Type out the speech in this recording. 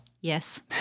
Yes